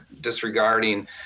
disregarding